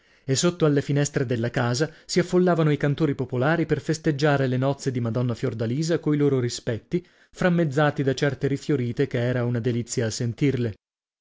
e sotto alle finestre della casa si affollavano i cantori popolari per festeggiare le nozze di madonna fiordalisa coi loro rispetti frammezzati da certe rifiorite che era una delizia a sentirle